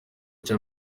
cya